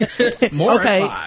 Okay